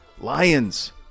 Lions